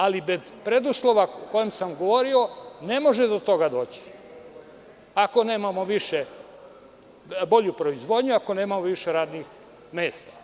Ali, bez preduslova o kojima sam govorio ne može do toga doći, ako nemamo bolju proizvodnju, ako nemamo više radnih mesta.